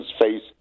face